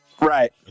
Right